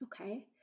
Okay